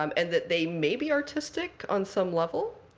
um and that they may be artistic on some level.